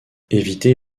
éviter